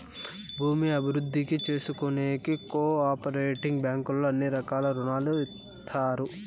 భూమి అభివృద్ధి చేసుకోనీకి కో ఆపరేటివ్ బ్యాంకుల్లో అన్ని రకాల రుణాలు ఇత్తారు